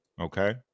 Okay